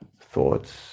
thoughts